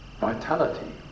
vitality